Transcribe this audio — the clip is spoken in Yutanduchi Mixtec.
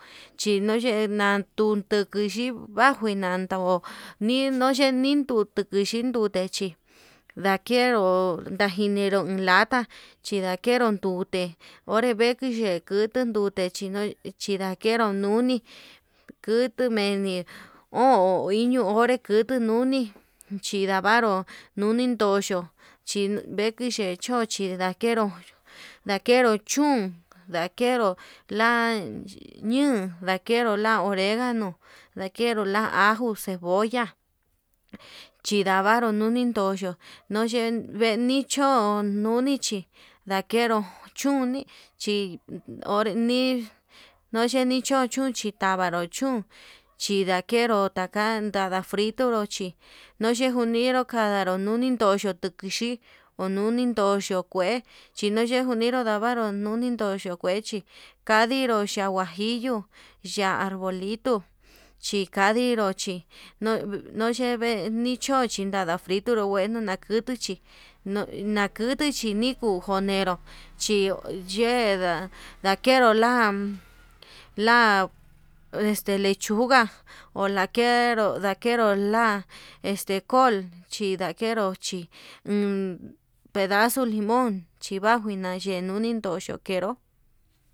Xhinuyenan kuchi nduchi nakui ñatuu ho nindutu nan chindutu, techi ndajenro ndachi lata chindakeru ndute onre vekuu ndandu ndute xhinui chindakenru, nuni kutu meni o'on iño onre kuti nuni chindaru nunen doyo'o chi veki choche, ndakenru ndakenru chún lakeru la'a ñoo ndakenru lia oregano ndakenro la'a ajo cebolla, chindavanru nini ndoyo noyen meni cho'o nune chí, ndajeru chuni chi onre nii noyeni chuncho chindava'a kuduu chun chindakeru ndakan nada fritonru chi nochi njuniru kandaro nuni ndoyo'o tukuxhi onunindoyo kue, chino xhekuniru ndavaru nunidoyo kuechi kandillo ya'á huajillo ya'a arbolito chikadi nruchi noyeve nichochi nadava'a fritunru nguenu nakuchuchi, nokutu xhini kunero chiye ndakero la'a la este lechuga ho lakero ndakero la'a este cool chindakenro chi uun pedazo limón chibaju nayeinune naiyo nakenro.